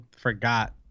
forgot